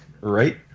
Right